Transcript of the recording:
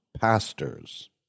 pastors